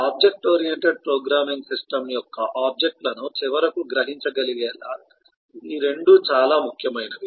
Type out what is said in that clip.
object oriented programming system యొక్క object లను చివరకు గ్రహించగలిగేలా ఈ రెండూ చాలా ముఖ్యమైనవి